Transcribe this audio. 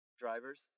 drivers